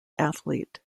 athlete